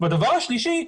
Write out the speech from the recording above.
והדבר השלישי,